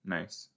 Nice